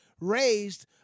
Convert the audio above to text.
raised